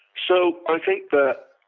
so i think that